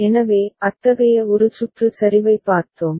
எனவே அத்தகைய ஒரு சுற்று சரிவைப் பார்த்தோம்